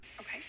Okay